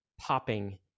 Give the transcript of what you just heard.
popping